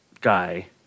guy